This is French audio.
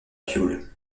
piaule